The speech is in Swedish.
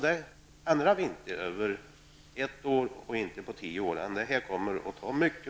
Det ändrar vi inte på ett år, och inte heller på tio år; det kommer att ta lång tid.